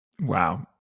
Wow